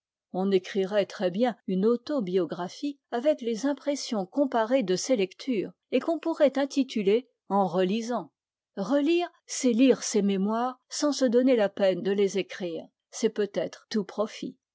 on écrirait très bien une autobiographie avec les impressions comparées de ses lectures et qu'on pourrait intituler en relisant relire c'est lire ses mémoires sans se donner la peine de les écrire c'est peut-être tout profit